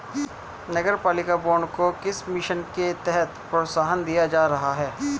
नगरपालिका बॉन्ड को किस मिशन के तहत प्रोत्साहन दिया जा रहा है?